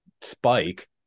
spike